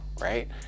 right